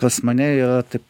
pas mane yra taip